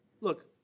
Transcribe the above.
Look